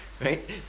right